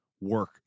work